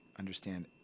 understand